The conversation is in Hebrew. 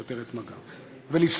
שוטרת מג"ב.